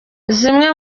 zimwe